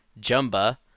Jumba